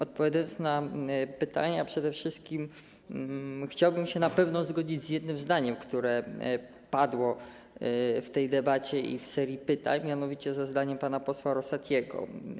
Odpowiadając na pytania, przede wszystkim chciałbym się na pewno zgodzić z jednym zdaniem, które padło w tej debacie i w serii pytań, mianowicie ze zdaniem pana posła Rosatiego.